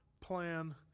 plan